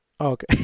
okay